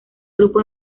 grupo